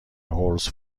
هولز